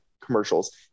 commercials